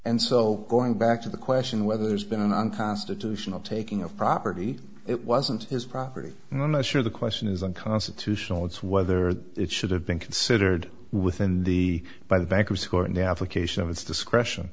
and so going back to the question whether there's been an unconstitutional taking of property it wasn't his property and i'm not sure the question is unconstitutional it's whether it should have been considered within the by the bankruptcy court navigation of its discretion